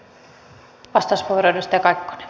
arvoisa puhemies